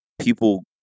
people